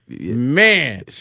Man